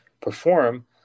perform